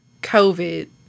COVID